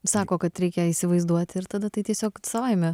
sako kad reikia įsivaizduot ir tada tai tiesiog savaime